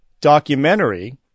documentary